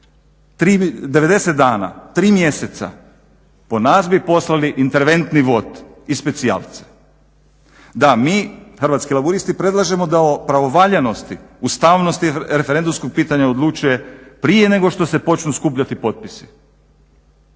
90 dana, tri mjeseca, po nas bi poslali interventni vod i specijalce. Da mi Hrvatski laburisti predlažemo da o pravovaljanosti ustavnosti referendumskog pitanja odlučuje prije nego što se počnu skupljati potpisi